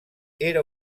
era